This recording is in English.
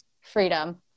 Freedom